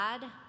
God